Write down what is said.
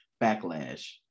backlash